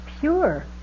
pure